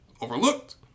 overlooked